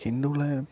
ஹிந்துவில